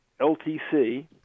LTC